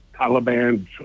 Taliban